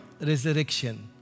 resurrection